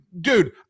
Dude